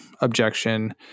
objection